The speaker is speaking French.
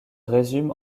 résume